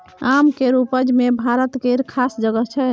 आम केर उपज मे भारत केर खास जगह छै